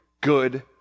good